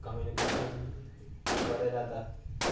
communication बरें जाता